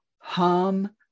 hum